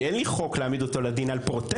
כי אין לי חוק להעמיד אותו לדין על פרוטקשן,